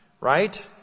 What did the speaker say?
right